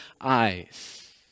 eyes